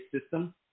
system